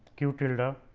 q tilde ah